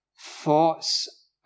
thoughts